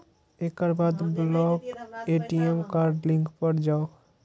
एकर बाद block ATM card link पर जाउ